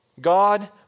god